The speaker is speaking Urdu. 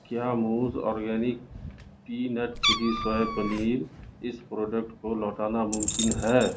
کیا موز organic peanut chili soy paneer اس پروڈکٹ کو لوٹانا ممکن ہے